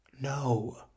no